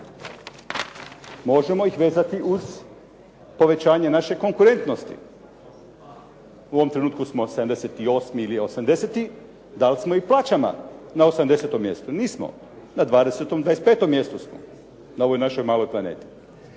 Možemo ih vezati uz povećanje naše konkurentnosti. U ovom trenutku smo 78 ili 80.-ti, da li smo i plaćama na 80.-tom mjestu? Nismo. Na 20.-tom, 25.-tom mjestu smo na ovoj našoj maloj planeti.